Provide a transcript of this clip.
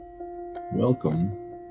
Welcome